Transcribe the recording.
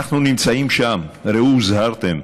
אנחנו נמצאים שם, ראו הוזהרתם.